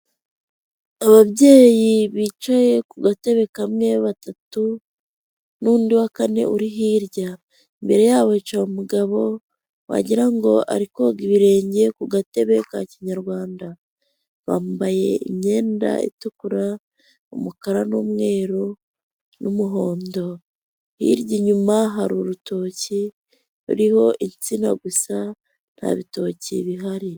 Ababyeyi bicaye ku gatebe kamwe batatu n'undi wa kane uri hirya, imbere yabo hicaye umugabo wagira ngo ari koga ibirenge ku gatebe ka kinyarwanda, bambaye imyenda itukura, umukara n'umweru n'umuhondo, hirya inyuma hari urutoki ruriho insina gusa nta bitoki bihari.